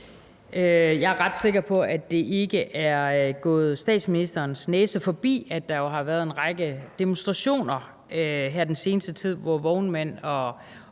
Jeg er ret sikker på, at det ikke er gået statsministerens næse forbi, at der jo har været en række demonstrationer her den seneste tid, hvor vognmænd og